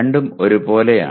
രണ്ടും ഒരേപോലെയാണ്